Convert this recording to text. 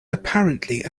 apparently